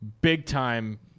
big-time